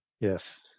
Yes